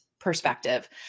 perspective